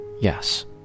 Yes